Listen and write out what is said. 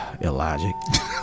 Illogic